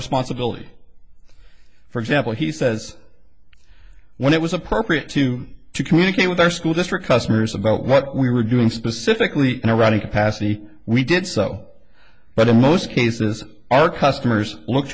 responsibility for example he says when it was appropriate to communicate with our school district customers about what we were doing specifically in a running capacity we did so but in most cases our customers look